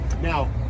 now